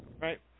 Right